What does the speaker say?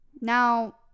now